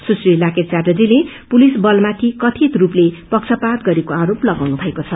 सुश्री लाकेट च्यार्टजीले पुलिस बलमाथि कथित रूपले पक्षपामी गरेको आरोप लगाउनु भएको छ